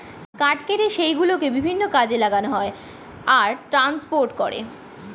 কাঠ কেটে সেই গুলোকে বিভিন্ন কাজে লাগানো হয় আর ট্রান্সপোর্ট করে